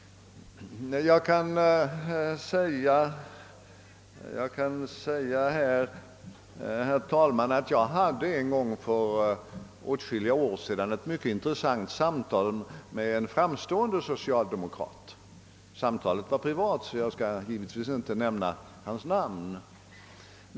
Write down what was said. En gång för åtskilliga år sedan hade jag ett mycket intressant samtal med en framstående socialdemokrat — samtalet var privat så jag skall givetvis inte nämna hans namn.